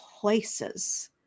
places